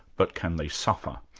but can they suffer.